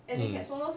mm